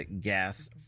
gas